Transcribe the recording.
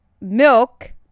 milk